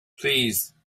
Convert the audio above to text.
please